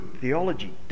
theology